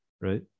right